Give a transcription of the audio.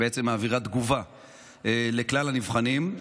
שמעבירה תגובה לכלל הנבחנים.